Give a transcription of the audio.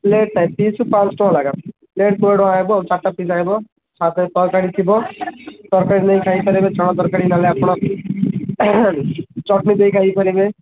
plate ନାଇଁ ପିସ୍କୁ ପାଞ୍ଚ ଟଙ୍କା ଲେଖାଁ ପ୍ଲେଟ୍ କୋଡ଼ିଏ ଟଙ୍କା ଲେଖାଁ ହବ ଚାରିଟା ପିସ୍ ଆଇବ ସାଥିରେ ତରକାରୀ ଥିବ ତରକାରୀ ନେଇ ଖାଇପାରିବେ ଛଣା ତରକାରୀ ନହେଲେ ଆପଣ ଚଟଣୀ ଦେଇ ଖାଇପାରିବେ